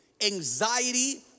anxiety